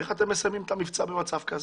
איך אתם מסיימים את המבצע במצב כזה?